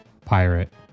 pirate